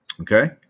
Okay